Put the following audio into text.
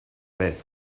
vez